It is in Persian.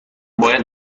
باید